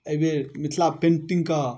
आओर एहिबेर मिथिला पेन्टिङ्गके